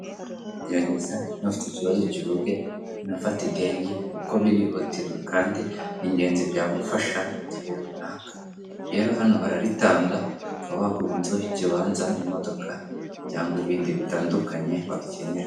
Gerageza niba ufite ikibazo ukivuge, unafate ideni kuko birihutirwa kandi ni ingenzi kuko byagufasha mu gihe runaka. Rero hano bararitanga, ukaba wagura inzu, ikibanza, imodoka cyangwa ibindi bitandukanye wakenera.